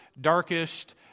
darkest